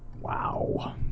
wow